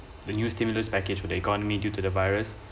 the new stimulus package of the economy due to the virus